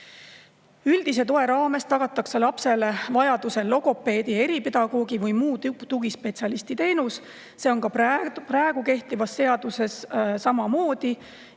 Üldise toe raames tagatakse lapsele vajaduse korral logopeedi, eripedagoogi või muu tugispetsialisti teenus. See on ka praegu kehtivas seaduses samamoodi.